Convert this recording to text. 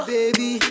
Baby